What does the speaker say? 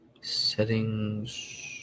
Settings